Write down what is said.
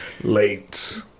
Late